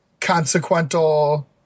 consequential